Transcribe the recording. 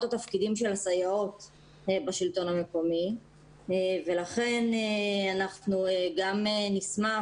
התפקידים של הסייעות בשלטון המקומי ולכן אנחנו גם נשמח,